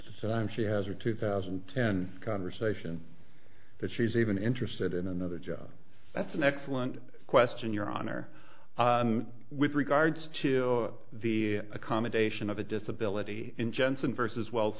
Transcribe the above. eight she has her two thousand and ten conversation that she's even interested in another job that's an excellent question your honor with regards to the accommodation of a disability in jensen versus wells